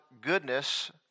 goodness